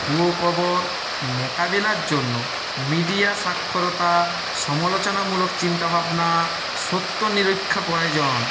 ভুয়ো খবর মোকাবেলার জন্য মিডিয়া স্বাক্ষরতা সমালোচনামূলক চিন্তা ভাবনা সত্য নিরীক্ষা প্রয়োজন